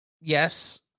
Yes